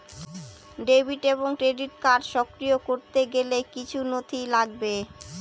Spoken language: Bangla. ডেবিট এবং ক্রেডিট কার্ড সক্রিয় করতে গেলে কিছু নথি লাগবে?